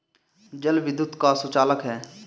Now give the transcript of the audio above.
जल विद्युत का सुचालक है